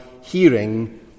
hearing